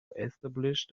establish